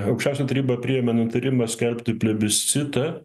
aukščiausia taryba priėmė nutarimą skelbti plebiscitą